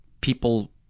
people